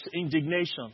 indignation